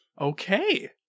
Okay